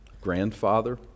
grandfather